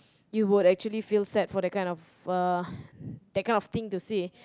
you would actually feel sad for that kind of uh that kind thing to say